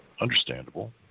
understandable